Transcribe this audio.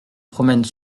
promène